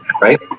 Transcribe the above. right